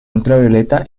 ultravioleta